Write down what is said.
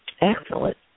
Excellent